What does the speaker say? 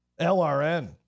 LRN